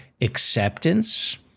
acceptance